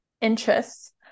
interests